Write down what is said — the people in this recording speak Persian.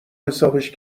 حسابش